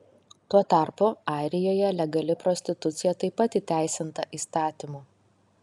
tuo tarpu airijoje legali prostitucija taip pat įteisinta įstatymu